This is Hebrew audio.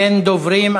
אין דוברים.